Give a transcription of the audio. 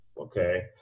Okay